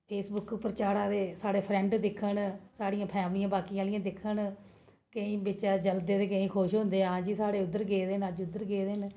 Facebook पर चाढ़ा दे साढ़े फ्रैंड दिक्खन साढ़ियां बाकी आह्लियां फैमलियां दिक्खन केईं बिच जलदे न बिच्चा केईं खुश होंदे हां जी साढ़े उद्धर गेदे न अज्ज उद्धर गेदे न